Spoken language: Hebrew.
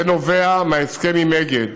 זה נובע מההסכם עם אגד,